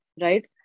right